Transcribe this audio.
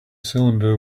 cylinder